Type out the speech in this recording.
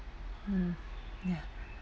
mm ya